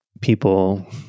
people